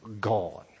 gone